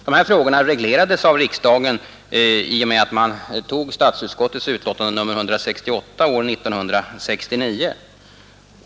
Dessa frågor reglerades av riksdagen i och med att man antog statsutskottets utlåtande nr 168 år 1969.